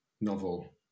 novel